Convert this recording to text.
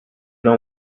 know